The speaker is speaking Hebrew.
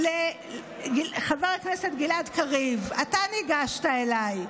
חבר הכנסת גלעד קריב, אתה ניגשת אליי.